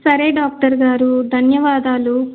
సరే డాక్టర్ గారు ధన్యవాదాలు